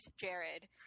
Jared